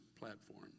platform